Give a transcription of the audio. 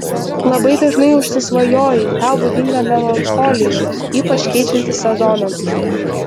labai dažnai užsisvajoji tau būdinga melancholija ypač keičiantis sezonams